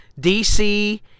DC